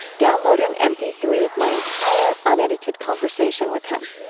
download an m p three of my entire unedited conversation with him.